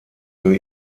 für